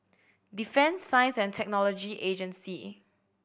Defence Science And Technology Agency